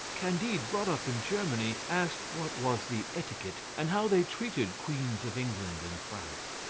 candide, brought up in germany, asked what was the etiquette, and how they treated queens of england in france.